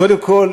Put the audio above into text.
קודם כול